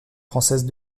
française